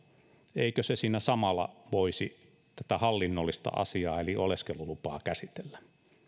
eikö se siinä samalla voisi tätä hallinnollista asiaa eli oleskelulupaa käsitellä